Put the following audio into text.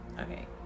okay